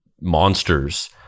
monsters